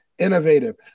innovative